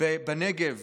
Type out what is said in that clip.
בנגב